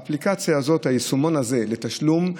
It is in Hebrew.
האפליקציה הזאת, היישומון הזה לתשלום,